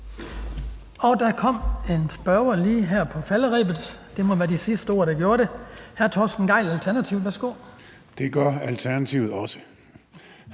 Der kom en spørger lige her på falderebet. Det må have været de sidste ord, der gjorde det. Hr. Torsten Gejl, Alternativet, værsgo. Kl. 19:20 Torsten Gejl